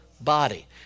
body